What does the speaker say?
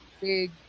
big